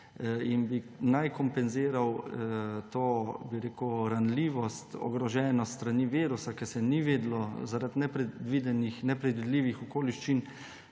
in bi naj kompenziral to ranljivost, ogroženost s strani virusa, ker se ni vedelo zaradi nepredvidljivih okoliščin,